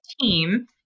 team